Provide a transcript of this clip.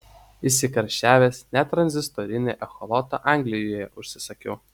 įsikarščiavęs net tranzistorinį echolotą anglijoje užsisakiau